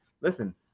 listen